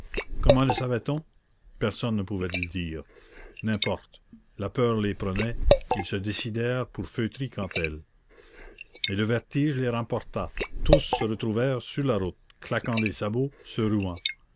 comment le savait-on personne ne pouvait le dire n'importe la peur les prenait ils se décidèrent pour feutry cantel et le vertige les remporta tous se retrouvèrent sur la route claquant des sabots se ruant